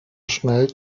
schnell